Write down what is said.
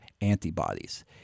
antibodies